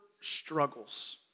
struggles